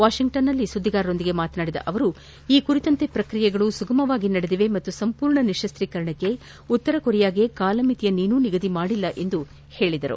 ವಾಷಿಂಗ್ಟನ್ನಲ್ಲಿ ಸುದ್ಧಿಗಾರರೊಂದಿಗೆ ಮಾತನಾಡಿದ ಅವರು ಈ ಕುರಿತಂತೆ ಪ್ರಕ್ರಿಯೆಗಳು ಸುಗಮವಾಗಿ ನಡೆದಿವೆ ಮತ್ತು ಸಂಪೂರ್ಣ ನಿಶ್ಯಸ್ತೀಕರಣಕ್ಕೆ ಉತ್ತರ ಕೊರಿಯಾಗೆ ಕಾಲಮಿತಿಯನ್ನೇನೂ ನಿಗದಿ ಮಾಡಿಲ್ಲ ಎಂದರು